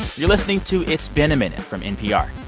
you're listening to it's been a minute from npr.